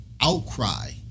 outcry